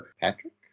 Patrick